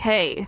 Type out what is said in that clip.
Hey